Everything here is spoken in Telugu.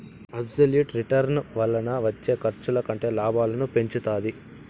అబ్సెల్యుట్ రిటర్న్ వలన వచ్చే ఖర్చుల కంటే లాభాలను పెంచుతాది